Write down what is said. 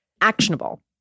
actionable